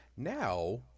now